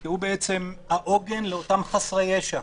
כי הוא העוגן לאותם חסרי ישע,